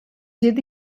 yedi